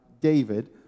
David